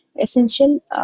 essential